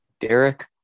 Derek